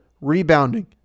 rebounding